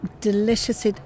delicious